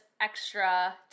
extra